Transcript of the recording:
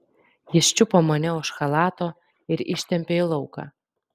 jis čiupo mane už chalato ir ištempė į lauką